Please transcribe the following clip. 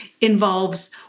involves